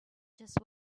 just